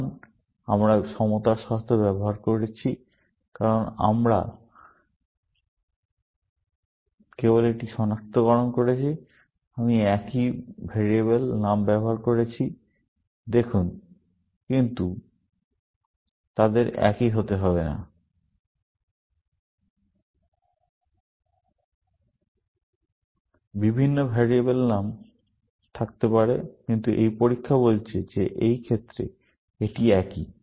সুতরাং আমরা সমতার শর্ত ব্যবহার করছি কারণ আমরা কেবল এটি সনাক্ত করছি আমি একই ভ্যারিয়েবল নাম ব্যবহার করেছি দেখুন কিন্তু তাদের একই হতে হবে না বিভিন্ন ভ্যারিয়েবল নাম থাকতে পারে কিন্তু এই পরীক্ষা বলছে যে এই ক্ষেত্রে এটি একই